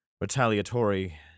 retaliatory